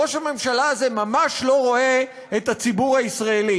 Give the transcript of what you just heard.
ראש הממשלה הזה ממש לא רואה את הציבור הישראלי.